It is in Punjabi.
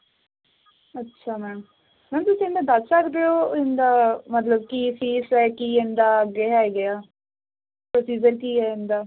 ਅੱਛਾ ਮੈਮ ਮੈਮ ਤੂਸੀਂ ਇਮਦਾ ਦੱਸ ਸਕਦੇ ਹੋ ਇਨ ਦਾ ਮਤਲਬ ਕਿ ਫੀਸ ਕੀ ਇਹਦਾ ਅੱਗੇ ਹੈਗੇ ਆ ਪ੍ਰੋਸੀਜਰ ਕੀ ਆ ਇਨ ਦਾ